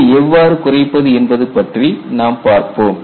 இதை எவ்வாறு குறைப்பது என்பது பற்றி நாம் பார்ப்போம்